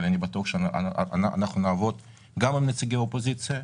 אבל אני בטוח שאנחנו נעבוד גם עם נציגי האופוזיציה,